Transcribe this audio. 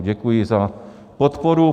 Děkuji za podporu.